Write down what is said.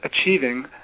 achieving